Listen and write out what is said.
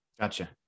Gotcha